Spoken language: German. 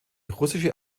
russische